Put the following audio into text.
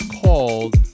called